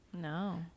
No